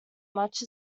much